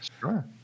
Sure